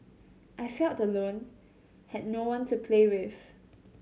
I felt alone had no one to play with